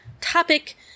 topic